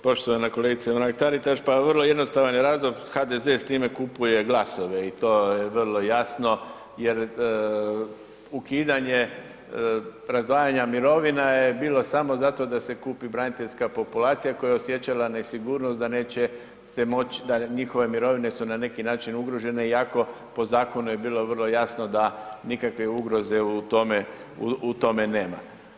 Poštovana kolegice Mrak Taritaš, pa vrlo je jednostavan razlog, HDZ s time kupuje glasove i to je vrlo jasno jer ukidanje razdvajanja mirovina je bilo samo zato da se kupi braniteljska populacija koja je osjećala nesigurnost da su njihove mirovine na neki način ugrožene iako je po zakonu bilo vrlo jasno da nikakve ugroze u tome nema.